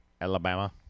Alabama